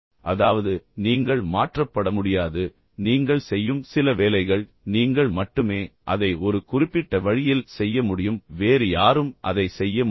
அதாவது நீங்கள் மாற்றப்பட முடியாது நீங்கள் செய்யும் சில வேலைகள் நீங்கள் மட்டுமே அதை ஒரு குறிப்பிட்ட வழியில் செய்ய முடியும் வேறு யாரும் அதை செய்ய முடியாது